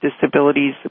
disabilities